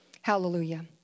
Hallelujah